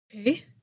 Okay